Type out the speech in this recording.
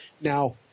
Now –